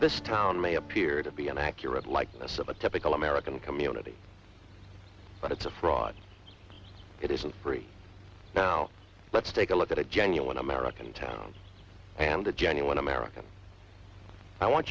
this town may appear to be an accurate likeness of a typical american community but it's a fraud it isn't free now let's take a look at a genuine american town and a genuine american i want